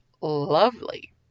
lovely